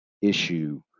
issue